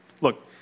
Look